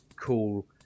cool